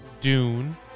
Dune